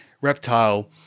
Reptile